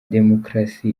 demokarasi